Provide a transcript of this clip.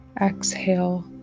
exhale